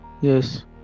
Yes